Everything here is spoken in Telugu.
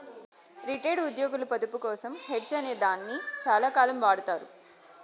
రిటైర్డ్ ఉద్యోగులకు పొదుపు కోసం హెడ్జ్ అనే దాన్ని చాలాకాలం వాడతారు